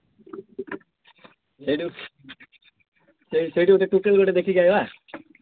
ସେଇଠି ସେଇଠି ଟୋକେଲ୍ ଗୋଟେ ଦେଖିକି ଆସିବା